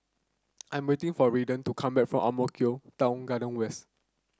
I'm waiting for Ryley to come back from Ang Mo Kio Town Garden West